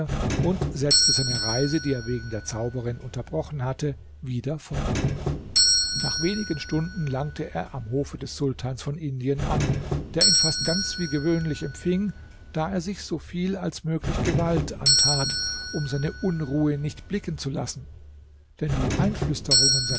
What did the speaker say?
und setzte seine reise die er wegen der zauberin unterbrochen hatte wieder fort nach wenigen stunden langte er am hofe des sultans von indien an der ihn fast ganz wie gewöhnlich empfing da er sich so viel als möglich gewalt antat um seine unruhe nicht blicken zu lassen denn die